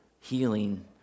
healing